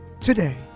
today